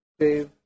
Dave